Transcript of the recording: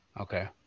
Okay